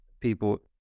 people